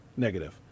negative